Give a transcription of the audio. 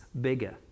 bigger